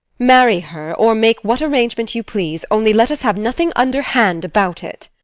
marry her, or make what arrangement you please, only let us have nothing underhand about it.